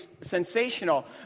sensational